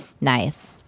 Nice